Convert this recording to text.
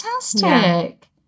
Fantastic